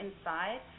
inside